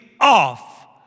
off